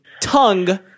tongue